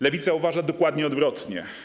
Lewica uważa dokładnie odwrotnie.